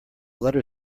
letter